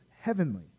heavenly